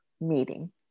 meeting